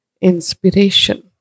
inspiration